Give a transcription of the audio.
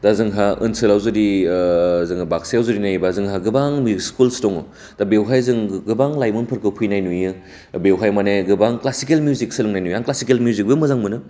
दा जोंहा ओनसोलाव जुदि जोङो बागसायाव जुदि नायोबा जोंहा गोबां सिउजिक स्कुलस दं दा बेवहाय जों गोबां लाइमोनफोरखौ फैनाय नुयो दा बेवहाय माने गोबां क्लासिकेल मिउजिक सोलोंनाय नुयो आं क्लासिकेल मिउजिकबो मोजां मोनो